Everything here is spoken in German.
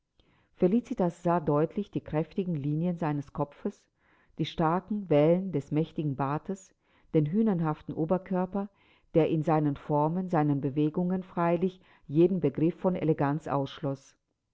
felicitas sah deutlich die kräftigen linien seines kopfes die starken wellen des mächtigen bartes den hünenhaften oberkörper der in seinen formen seinen bewegungen freilich jeden begriff von eleganz ausschloß